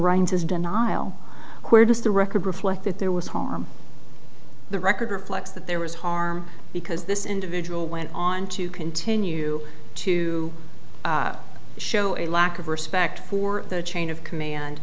his denial where does the record reflect that there was home the record reflects that there was harm because this individual went on to continue to show a lack of respect for the chain of command